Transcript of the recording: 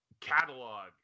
Catalog